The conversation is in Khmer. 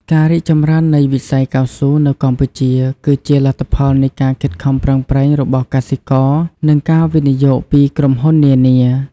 ការរីកចម្រើននៃវិស័យកៅស៊ូនៅកម្ពុជា គឺជាលទ្ធផលនៃការខិតខំប្រឹងប្រែងរបស់កសិករ និងការវិនិយោគពីក្រុមហ៊ុននានា។